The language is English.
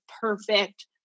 perfect